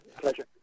pleasure